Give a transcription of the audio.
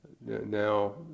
now